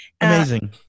Amazing